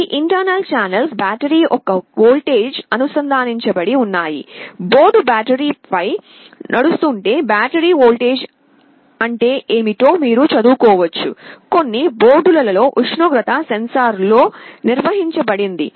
ఈ 3 internal channels battery యొక్క వోల్టేజ్కు అనుసంధానించబడి ఉన్నాయి బోర్డు బ్యాటరీ పై నడుస్తుంటే బ్యాటరీ వోల్టేజ్ అంటే ఏమిటో మీరు చదువుకోవచ్చుకొన్ని బోర్డులలో ఉష్ణోగ్రత సెన్సార్లో నిర్మించబడింది